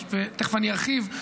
ותכף אני ארחיב,